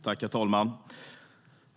Herr talman!